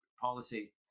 policy